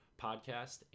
podcast